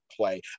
play